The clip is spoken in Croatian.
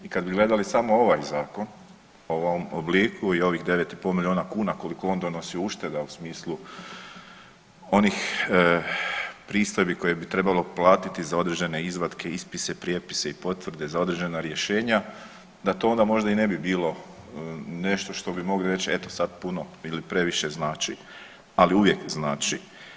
I kada bi gledali samo ovaj zakon u ovom obliku i ovih 9,5 milijuna kuna koliko on donosi ušteda u smislu onih pristojbi koje bi trebalo platiti za određene izvatke, ispise, prijepise i potvrde za određena rješenja da to onda možda i ne bi bilo nešto što bi mogli reći eto sad puno ili previše znači, ali uvijek znači.